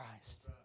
Christ